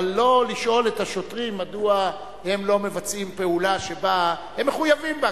אבל לא לשאול את השוטרים מדוע הם לא מבצעים פעולה שהם מחויבים בה,